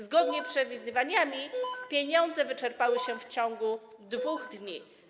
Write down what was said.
Zgodnie z przewidywaniami pieniądze wyczerpały się w ciągu 2 dni.